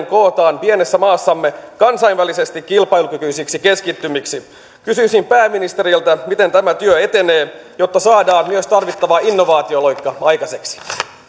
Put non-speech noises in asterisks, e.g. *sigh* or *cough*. *unintelligible* kootaan pienessä maassamme kansainvälisesti kilpailukykyisiksi keskittymiksi kysyisin pääministeriltä miten tämä työ etenee jotta saadaan myös tarvittava innovaatioloikka aikaiseksi